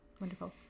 Wonderful